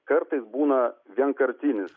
kartais būna vienkartinis